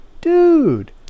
dude